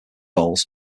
bowls